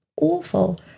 awful